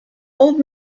old